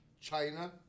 China